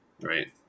right